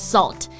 Salt